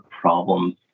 problems